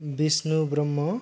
Bishnu Brahma